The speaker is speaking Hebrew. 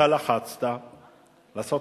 ואתה לחצת לעשות